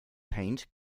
paint